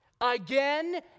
again